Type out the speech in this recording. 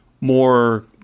more